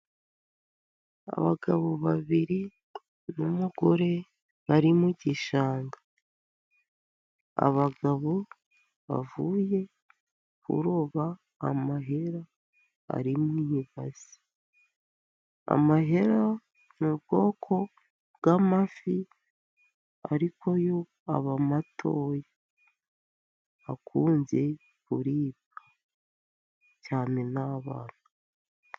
Abagabo babiri n'umugore bari mu gishanga. Abagabo bavuye kuroba amahera ari mu base. Amahera ni ubwoko bw'amafi ariko yo aba matoya. Akunze kuribwa cyane n'abana.